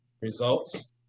results